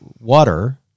water